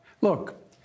Look